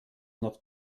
noch